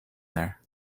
there